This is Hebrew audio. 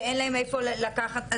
שאין לה מאיפה לקחת,